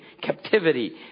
captivity